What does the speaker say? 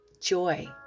joy